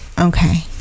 Okay